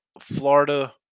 Florida